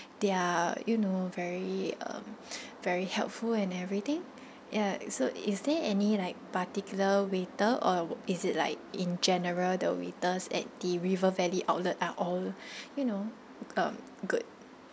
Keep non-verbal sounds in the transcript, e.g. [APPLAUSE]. their you know very um [BREATH] very helpful and everything ya so is there any like particular waiter or is it like in general the waiters at the river valley outlet are all [BREATH] you know um good